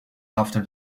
after